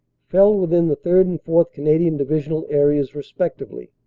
fell within the third. and fourth. canadian divisional areas respectively,